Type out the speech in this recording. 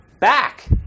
back